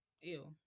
ew